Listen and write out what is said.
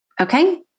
Okay